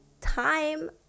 time